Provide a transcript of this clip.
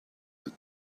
the